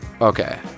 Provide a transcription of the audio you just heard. Okay